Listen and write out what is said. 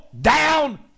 down